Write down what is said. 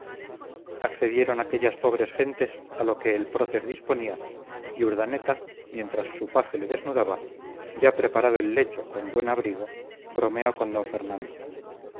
accedieron aquellas pobres gentes a lo que el prócer disponía y urdaneta mientras su paje le desnudaba ya preparado el lecho con buen abrigo bromeó con d fernando